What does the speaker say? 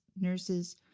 nurses